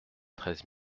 treize